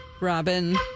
Robin